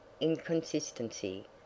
inconsistency